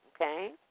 Okay